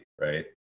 right